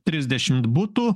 trisdešimt butų